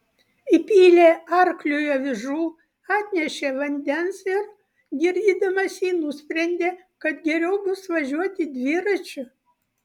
įpylė arkliui avižų atnešė vandens ir girdydamas jį nusprendė kad geriau bus važiuoti dviračiu